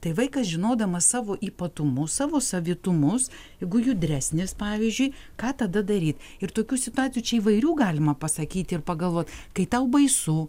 tai vaikas žinodamas savo ypatumus savo savitumus jeigu judresnis pavyzdžiui ką tada daryt ir tokių situacijų čia įvairių galima pasakyt ir pagalvot kai tau baisu